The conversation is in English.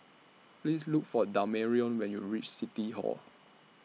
Please Look For Damarion when YOU REACH City Hall